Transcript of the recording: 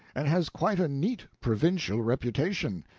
and has quite a neat provincial reputation.